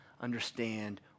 understand